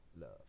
Love